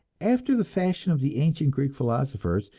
after the fashion of the ancient greek philosophers,